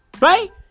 right